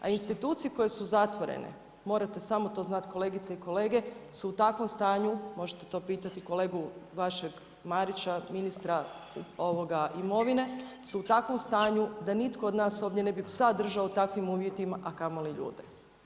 A institucije koje su zatvorene, morate samo to znat, kolegice i kolege, su u takvom stanju, možete to pitati kolegu vašem Marića, ministra imovine, su u takvom stanju da nitko od nas ne bi psa držao u takvim uvjetima a kamoli ljude.